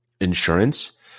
insurance